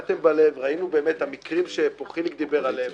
המקרים שחיליק דיבר עליהם,